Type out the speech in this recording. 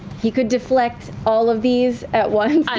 he could deflect all of these at once.